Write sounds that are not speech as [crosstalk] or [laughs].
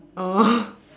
oh [laughs]